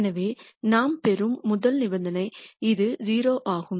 எனவே நாம் பெறும் முதல் நிபந்தனை இது 0 ஆகும்